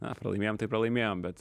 na pralaimėjom tai pralaimėjom bet